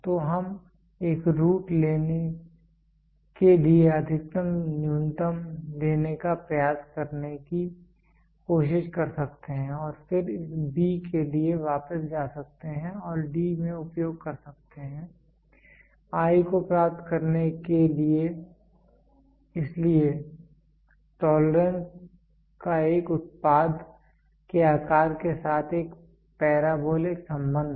तो हम एक रूट लेने के लिए अधिकतम न्यूनतम लेने का प्रयास करने की कोशिश कर सकते हैं और फिर इस b के लिए वापस जा सकते हैं और D में उपयोग कर सकते हैं I को प्राप्त करने के लिए इसलिए टोलरेंस का एक उत्पाद के आकार के साथ एक पैराबोलिक संबंध है